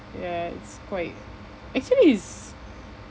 ya it's quite actually it's